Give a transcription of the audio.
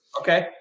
Okay